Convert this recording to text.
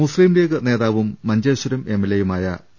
മുസ്ത്രീം ലീഗ് നേതാവും മഞ്ചേശ്വരം എംഎൽഎയുമായ പി